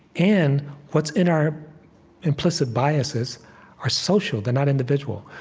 and what's in our implicit biases are social. they're not individual.